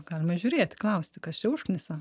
galima žiūrėti klausti kas čia užknisa